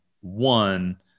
one